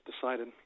decided